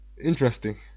interesting